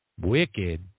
wicked